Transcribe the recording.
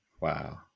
Wow